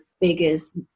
biggest